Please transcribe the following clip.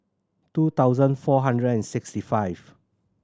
two thousand four hundred and sixty five